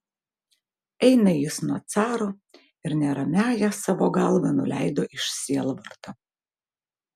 eina jis nuo caro ir neramiąją savo galvą nuleido iš sielvarto